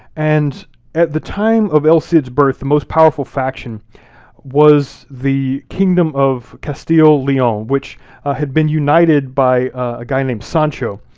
and at the time of el cid's birth, the most powerful faction was the kingdom of castile-leon, which had been united by a guy named sancho.